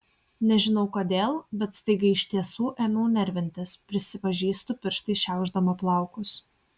nežinau kodėl bet staiga iš tiesų ėmiau nervintis prisipažįstu pirštais šiaušdama plaukus